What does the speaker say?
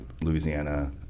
louisiana